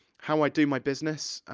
how i do my business,